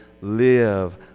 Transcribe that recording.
live